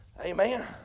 Amen